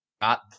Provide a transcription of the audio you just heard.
got